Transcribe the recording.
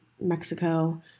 Mexico